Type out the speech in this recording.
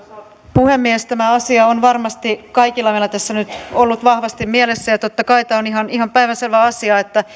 puhemies tämä asia on varmasti kaikilla meillä tässä nyt ollut vahvasti mielessä ja totta kai on ihan ihan päivänselvä asia että